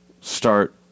start